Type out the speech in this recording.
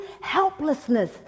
helplessness